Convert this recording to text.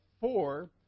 four